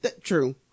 True